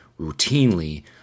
Routinely